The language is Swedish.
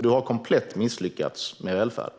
Du har komplett misslyckats med välfärden.